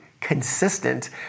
consistent